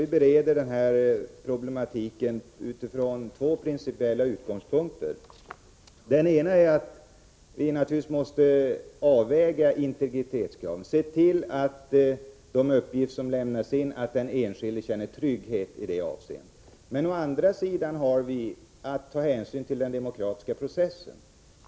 Vi bereder den här problematiken utifrån två principiella utgångspunkter. Å ena sidan måste vi naturligtvis avväga integritetskraven och se till att den enskilde kan känna trygghet med avseende på de uppgifter som lämnas in. Å andra sidan har vi att ta hänsyn till den demokratiska processen.